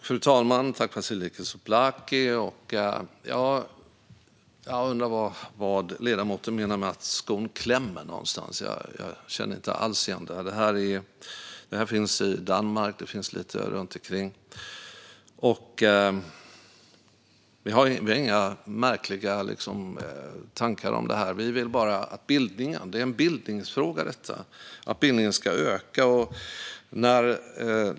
Fru talman! Jag undrar vad ledamoten Vasiliki Tsouplaki menar med att skon klämmer någon annanstans. Jag känner inte alls igen det. En litteraturkanon finns i Danmark och på andra ställen. Vi har inga märkliga tankar om det här, utan det är en bildningsfråga. Vi vill att bildningen ska öka.